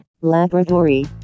laboratory